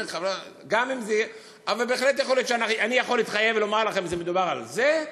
אבל בהחלט יכול להיות שאני יכול להתחייב ולומר לכם: מדובר על זה,